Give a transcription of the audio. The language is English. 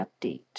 update